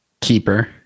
keeper